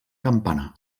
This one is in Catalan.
campana